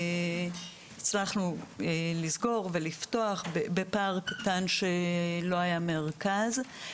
הצלחנו לפתוח ורק בפער קטן לא היה מרכז.